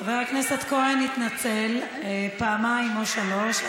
חבר הכנסת כהן התנצל פעמיים או שלוש.